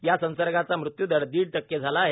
या संसर्गाचा मृत्यूदर दीड टक्के झाला आहे